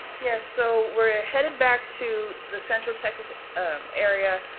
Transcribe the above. yes, so we're ah headed back to the central texas area.